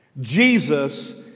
Jesus